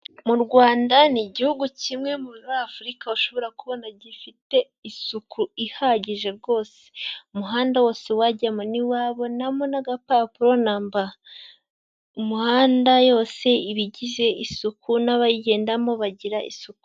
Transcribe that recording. Mu Rwanda ni igihugu kimwe muri Afurika ushobora kubona gifite isuku ihagije rwose, umuhanda wose wajya ntiwabonamo n'agapapuro namba, imihanda yose iba igize isuku n'abayigendamo bagira isuku.